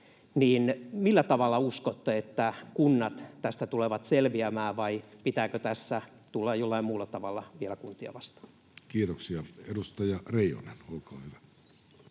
millä tavalla uskotte, että kunnat tästä tulevat selviämään, vai pitääkö tässä tulla jollain muulla tavalla vielä kuntia vastaan? Kiitoksia. — Edustaja Reijonen, olkaa hyvä.